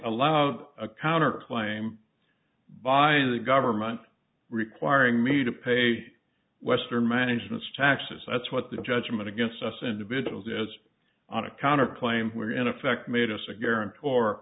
allow a counter claim by the government requiring me to pay western managements taxes that's what the judgment against us individuals is on a counter claim were in effect made us a guarant